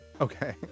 Okay